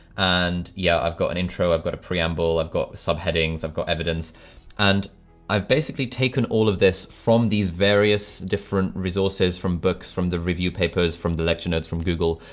and yeah, i've got an intro, i've got a preamble, i've got subheadings, i've got evidence and i've basically taken all of this from these various different resources from books, from the review papers, from the lecture notes, from google.